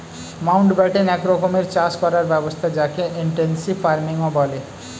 Mountbatten এক রকমের চাষ করার ব্যবস্থা যকে ইনটেনসিভ ফার্মিংও বলে